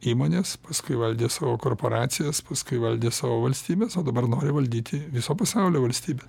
įmones paskui valdė savo korporacijas paskui valdė savo valstybes o dabar nori valdyti viso pasaulio valstybes